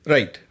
Right